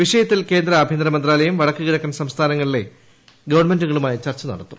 വിഷയത്തിൽ ് കേന്ദ്ര ആഭ്യന്തരമന്ത്രാലയം വടക്കുകിഴക്കൻ സംസ്ഥാനങ്ങളില്ലെ ഗവൺമെന്റുകളുമായി ചർച്ച നടത്തും